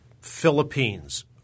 Philippines